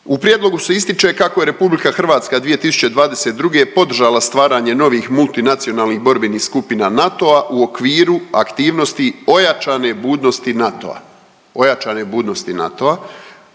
U prijedlogu se ističe kako je RH 2022. podržala stvaranje novih multinacionalnih borbenih skupina NATO-a u okviru aktivnosti ojačane budnosti NATO-a. Ojačane budnosti NATO-a